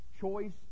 choice